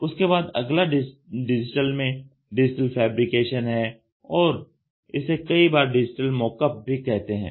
उसके बाद अगला डिजिटल में डिजिटल फेब्रिकेशन है और इसे कई बार डिजिटल मॉकअप भी कहते हैं